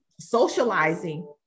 Socializing